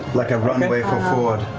like a runway for fjord